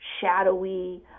shadowy